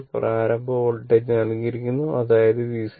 പ്രാരംഭ വോൾട്ടേജ് നൽകിയിരിക്കുന്നു അതായത് VC 0